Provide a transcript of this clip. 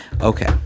Okay